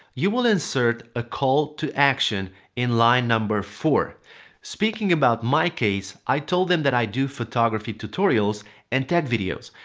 you will insert a call to action in line four. speaking about my case i told them that i do photography tutorials and tech videos.